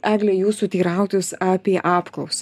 egle jūsų teirautis apie apklausą